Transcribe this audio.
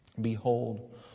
Behold